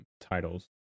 titles